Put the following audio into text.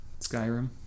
Skyrim